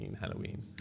Halloween